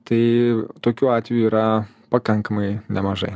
tai tokių atvejų yra pakankamai nemažai